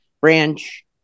branch